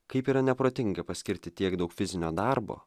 kaip yra neprotinga paskirti tiek daug fizinio darbo